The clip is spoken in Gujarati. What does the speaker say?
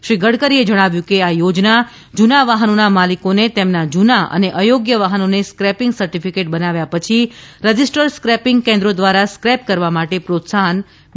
શ્રી ગડકરીએ જણાવ્યું કે આ યોજના જૂના વાહનોના માલિકોને તેમના જૂના અને અયોગ્ય વાહનોને સ્ક્રેપિંગ સર્ટિફિ કેટ બનાવ્યા પછી રજિસ્ટર્ડ સ્ક્રેપિંગ કેન્દ્રો દ્વારા સ્ક્રેપ કરવા માટે પ્રોત્સાહન પ્રદાન કરશે